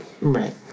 right